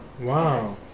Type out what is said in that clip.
Wow